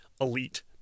elite